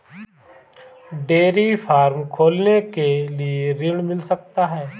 Dairy farm खोलने के लिए ऋण मिल सकता है?